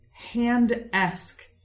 hand-esque